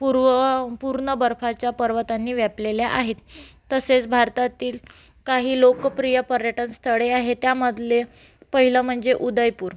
पूर्व पूर्ण बर्फाच्या पर्वतांनी व्यापलेल्या आहेत तसेच भारतातील काही लोकप्रिय पर्यटनस्थळे आहे त्यामधलं पहिले म्हणजे उदयपूर